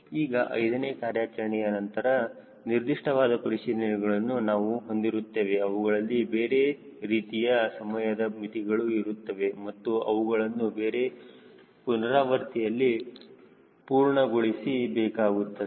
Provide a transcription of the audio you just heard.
ಈಗ ಐದನೇ ಕಾರ್ಯಾಚರಣೆಯ ನಂತರ ನಿರ್ದಿಷ್ಟವಾದ ಪರಿಶೀಲನೆ ಗಳನ್ನು ನಾವು ಹೊಂದಿರುತ್ತೇವೆ ಅವುಗಳಲ್ಲಿ ಬೇರೆ ಪ್ರೀತಿಯ ಸಮಯದ ಮಿತಿಗಳು ಇರುತ್ತವೆ ಮತ್ತು ಅವುಗಳನ್ನು ಬೇರೆ ಪುನರಾವರ್ತನೆಯಲ್ಲಿ ಪೂರ್ಣಗೊಳಿಸ ಬೇಕಾಗುತ್ತದೆ